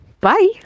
bye